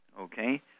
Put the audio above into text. Okay